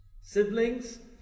siblings